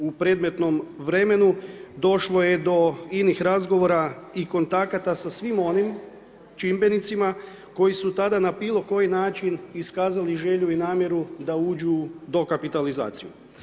U predmetnom vremenu došlo je do inih razgovora i kontakata sa svim onim čimbenicima koji su tada na bilo koji način iskazali želju i namjeru da uđu u dokapitalizaciju.